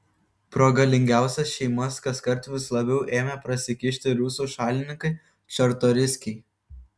pro galingiausias šeimas kaskart vis labiau ėmė prasikišti rusų šalininkai čartoriskiai